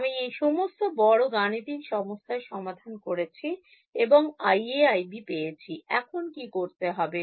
আমি এই সমস্ত বড় গাণিতিক সমস্যার সমাধান করেছি এবং IA IB পেয়েছি এখন কি করতে হবে